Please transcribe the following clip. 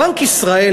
בנק ישראל,